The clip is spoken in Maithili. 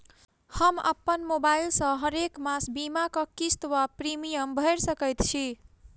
हम अप्पन मोबाइल सँ हरेक मास बीमाक किस्त वा प्रिमियम भैर सकैत छी?